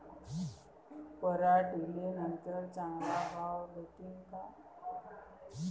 पराटीले नंतर चांगला भाव भेटीन का?